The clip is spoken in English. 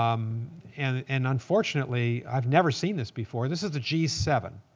um and and unfortunately, i've never seen this before. this is the g seven.